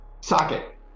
Socket